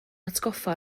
hatgoffa